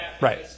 Right